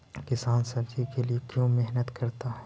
किसान सब्जी के लिए क्यों मेहनत करता है?